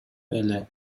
эле